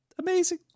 amazing